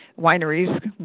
wineries